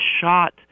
shot